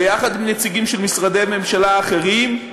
ביחד עם נציגים של משרדי ממשלה אחרים,